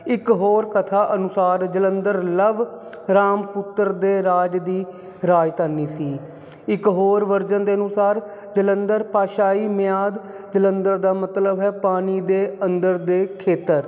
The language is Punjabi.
ਇੱਕ ਹੋਰ ਕਥਾ ਅਨੁਸਾਰ ਜਲੰਧਰ ਲਵ ਰਾਮ ਪੁੱਤਰ ਦੇ ਰਾਜ ਦੀ ਰਾਜਧਾਨੀ ਸੀ ਇੱਕ ਹੋਰ ਵਰਜ਼ਨ ਦੇ ਅਨੁਸਾਰ ਜਲੰਧਰ ਭਾਸ਼ਾਈ ਮਿਆਦ ਜਲੰਧਰ ਦਾ ਮਤਲਬ ਹੈ ਪਾਣੀ ਦੇ ਅੰਦਰ ਦੇ ਖੇਤਰ